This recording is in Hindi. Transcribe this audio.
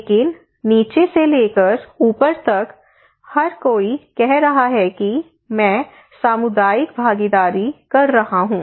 लेकिन नीचे से लेकर ऊपर तक हर कोई कह रहा है कि मैं सामुदायिक भागीदारी कर रहा हूं